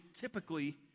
typically